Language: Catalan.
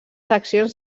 seccions